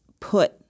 put